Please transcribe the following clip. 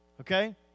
Okay